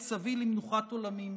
את סבי למנוחת עולמים.